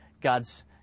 God's